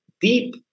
deep